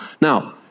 Now